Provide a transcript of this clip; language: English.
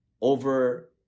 over